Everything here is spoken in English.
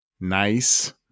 Nice